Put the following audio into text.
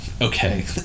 okay